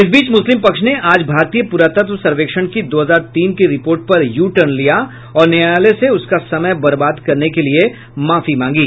इस बीच मुस्लिम पक्ष ने आज भारतीय प्रातत्व सर्वेक्षण की दो हजार तीन की रिपोर्ट पर यूटर्न लिया और न्यायालय से उसका समय बर्बाद करने के लिए माफी मांगी